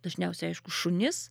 dažniausiai aišku šunis